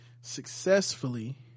successfully